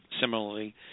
similarly